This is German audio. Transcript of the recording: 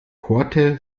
korte